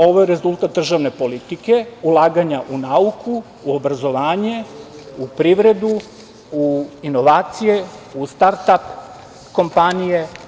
Ovo je rezultat državne politike, ulaganja u nauku, u obrazovanje, u privredu, u inovacije, u start-ap kompanije.